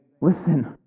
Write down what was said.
listen